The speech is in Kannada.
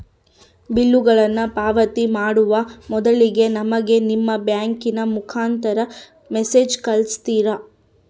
ಬಿಲ್ಲುಗಳನ್ನ ಪಾವತಿ ಮಾಡುವ ಮೊದಲಿಗೆ ನಮಗೆ ನಿಮ್ಮ ಬ್ಯಾಂಕಿನ ಮುಖಾಂತರ ಮೆಸೇಜ್ ಕಳಿಸ್ತಿರಾ?